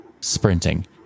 Sprinting